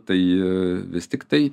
tai vis tiktai